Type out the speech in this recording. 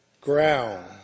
ground